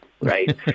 right